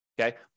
Okay